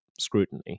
scrutiny